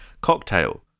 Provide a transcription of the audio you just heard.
Cocktail